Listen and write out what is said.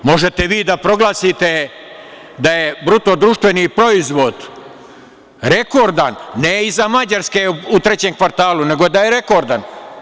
Možete vi da proglasite da je BDP rekordan, ne iza Mađarske u trećem kvartalu, nego da je rekordan.